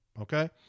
okay